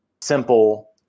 simple